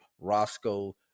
Roscoe